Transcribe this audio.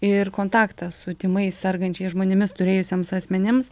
ir kontaktą su tymais sergančiais žmonėmis turėjusiems asmenims